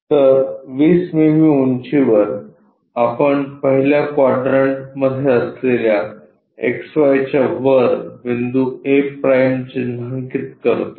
तर 20 मिमी उंचीवर आपण पहिल्या क्वाड्रंटमध्ये असलेल्या XY च्या वर बिंदू a' चिन्हांकित करतो